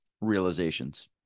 realizations